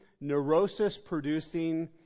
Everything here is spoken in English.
neurosis-producing